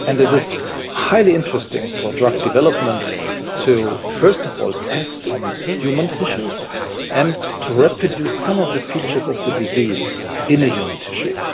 and highly interesting for drug development to first of all test on human tissues and to reproduce some of the features of the disease in a human tissue.